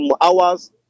hours